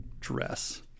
dress